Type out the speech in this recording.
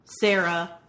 Sarah